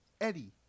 Eddie